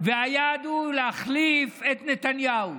והיעד הוא להחליף את נתניהו.